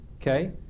okay